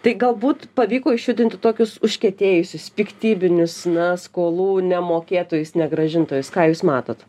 tai galbūt pavyko išjudinti tokius užkietėjusius piktybinius na skolų nemokėtojus negrąžintojus ką jūs matot